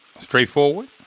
Straightforward